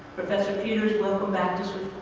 professor peters, welcome back to